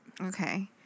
Okay